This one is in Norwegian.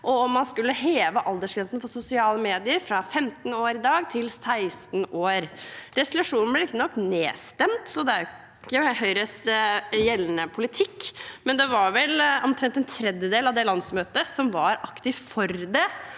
og om man skulle heve aldersgrensen for sosiale medier fra 15 år i dag til 16 år. Resolusjonen ble riktignok nedstemt, så det er ikke Høyres gjeldende politikk, men det var vel omtrent en tredjedel av det landsmøtet som var aktivt for det.